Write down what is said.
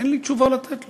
אין לי תשובה לתת לו.